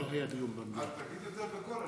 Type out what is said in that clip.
תגיד יותר בקול.